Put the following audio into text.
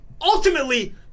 ultimately